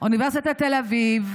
אוניברסיטת תל אביב.